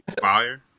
fire